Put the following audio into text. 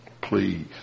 Please